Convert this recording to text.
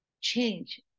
change